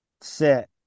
sit